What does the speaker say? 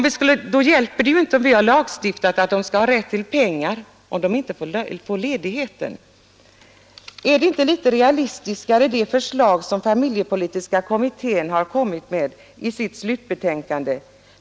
Det hjälper ju inte att vi har lagstiftat om att de skall ha rätt till pengar, om de inte får ledigheten. Är inte det förslag litet mera realistitskt som familjepolitiska kommittén har lagt fram i sitt slutbetänkande?